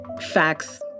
facts